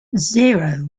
zero